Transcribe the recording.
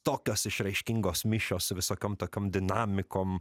tokios išraiškingos mišios visokiom tokiom dinamikom